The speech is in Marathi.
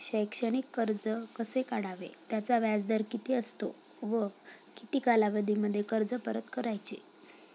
शैक्षणिक कर्ज कसे काढावे? त्याचा व्याजदर किती असतो व किती कालावधीमध्ये कर्ज परत करायचे?